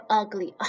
ugly